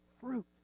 fruit